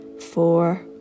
four